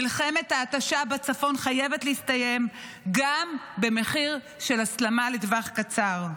מלחמת ההתשה בצפון חייבת להסתיים גם במחיר של הסלמה לטווח קצר.